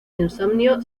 insomnio